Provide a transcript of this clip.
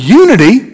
unity